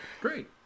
Great